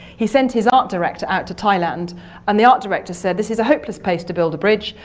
he sent his art director out to thailand and the art director said, this is a hopeless place to build a bridge.